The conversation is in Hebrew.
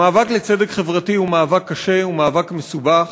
המאבק לצדק חברתי הוא מאבק קשה, הוא מאבק מסובך,